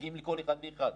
ומגיעים לכל אחד ואחד?